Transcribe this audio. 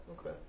Okay